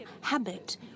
habit